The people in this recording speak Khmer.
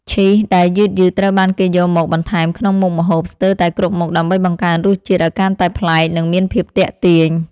ឈីសដែលយឺតៗត្រូវបានគេយកមកបន្ថែមក្នុងមុខម្ហូបស្ទើរតែគ្រប់មុខដើម្បីបង្កើនរសជាតិឱ្យកាន់តែប្លែកនិងមានភាពទាក់ទាញ។